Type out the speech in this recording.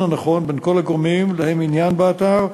הנכון בין כל הגורמים שלהם עניין באתר,